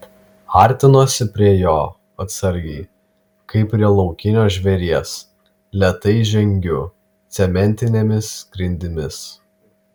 artinuosi prie jo atsargiai kaip prie laukinio žvėries lėtai žengiu cementinėmis grindimis